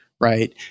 right